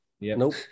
Nope